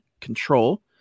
control